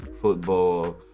football